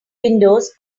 windows